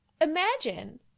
imagine